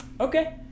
okay